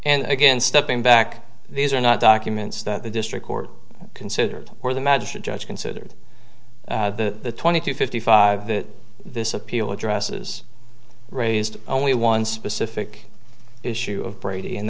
and again stepping back these are not documents that the district court considered or the magistrate judge considered the twenty to fifty five that this appeal addresses raised only one specific issue of brady and